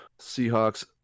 Seahawks